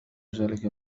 ذلك